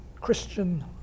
Christian